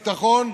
כל אסיר ביטחוני,